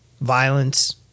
Violence